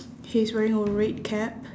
he's wearing a red cap